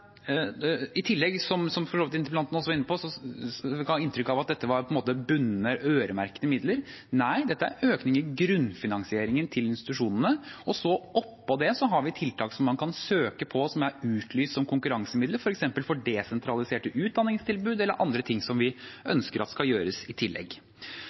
dette er på en måte bundne, øremerkede midler. Nei, dette er en økning i grunnfinansieringen til institusjonene. Oppå det har vi tiltak som man kan søke på, og som er utlyst som konkurransemidler, f.eks. til desentraliserte utdanningstilbud eller andre ting vi ønsker skal gjøres i tillegg.